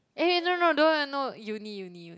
eh no no don't no uni uni